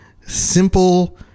simple